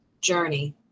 journey